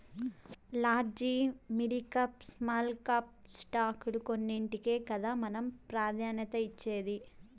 large, midcap, small cap స్టాకుల్ల కొన్నింటికే కదా మనం ప్రాధాన్యతనిచ్చేది